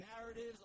narratives